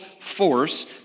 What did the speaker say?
force